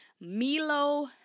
Milo